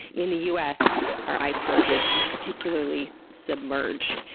in the us our iceberg is particularly submerged.